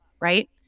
Right